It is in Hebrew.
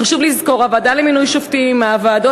חשוב לזכור: הוועדה למינוי שופטים היא מהוועדות